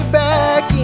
back